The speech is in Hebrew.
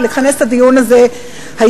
לכנס את הדיון הזה היום,